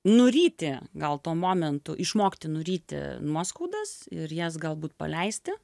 nuryti gal tuo momentu išmokti nuryti nuoskaudas ir jas galbūt paleisti